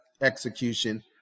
execution